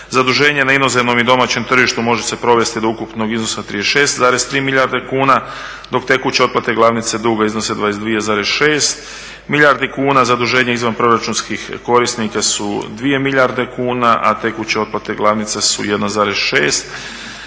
Zaduženje na inozemnom i domaćem tržištu može se provesti do ukupnog iznosa od 36,3 milijarde kuna dok tekuće otplate glavnice duga iznose 22,6 milijardi kuna, zaduženje izvanproračunskih korisnika su 2 milijarde kuna, a tekuće otplate glavnice su 1,6. Financijska